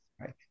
right